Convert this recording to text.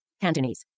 Cantonese